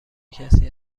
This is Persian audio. کسی